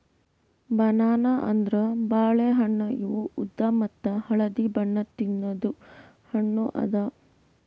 banana ಅಂದುರ್ ಬಾಳೆ ಹಣ್ಣ ಇವು ಉದ್ದ ಮತ್ತ ಹಳದಿ ಬಣ್ಣದ್ ತಿನ್ನದು ಹಣ್ಣು ಅದಾ